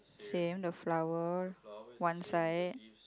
same the flower one side